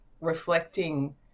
reflecting